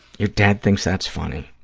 your dad thinks that's funny.